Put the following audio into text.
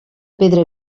pedra